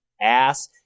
ass